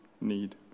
need